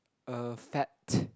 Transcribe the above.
uh fat